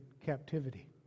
captivity